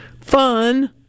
Fun